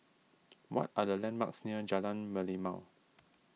what are the landmarks near Jalan Merlimau